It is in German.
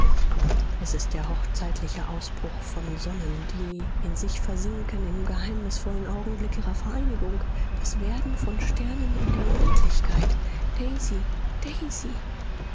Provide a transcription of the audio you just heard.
es ist der hochzeitliche ausbruch von sonnen die in sich versinken im geheimnisvollen augenblick ihrer vereinigung das werden von sternen in der unendlichkeit daisy